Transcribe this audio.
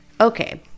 Okay